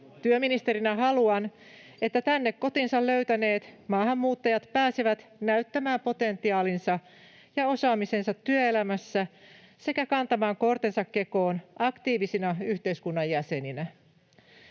Työministerinä haluan, että tänne kotinsa löytäneet maahanmuuttajat pääsevät näyttämään potentiaalinsa ja osaamisensa työelämässä sekä kantamaan kortensa kekoon aktiivisina yhteiskunnan jäseninä.